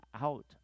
out